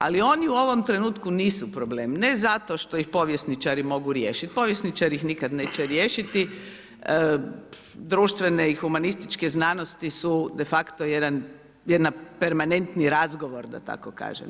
Ali, oni u ovom trenutku nisu problem, ne zato što ih povjesničari mogu riješiti, povjesničari ih nikada neće riješiti, društvene i humanističke znanosti su, de facto jedan permanentni razgovor, da tako kažem.